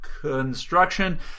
construction